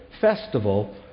festival